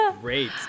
Great